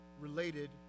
related